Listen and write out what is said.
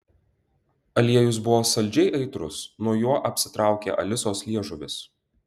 aliejus buvo saldžiai aitrus nuo jo apsitraukė alisos liežuvis